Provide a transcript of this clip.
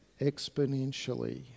exponentially